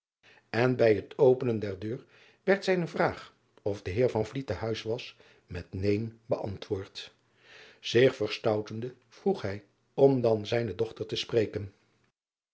en bij het openen der deur werd zijne vraag of de eer te huis was met neen beantwoord ich verstoutende vroeg driaan oosjes zn et leven van aurits ijnslager hij om dan zijne dochter te spreken